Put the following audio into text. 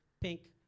pink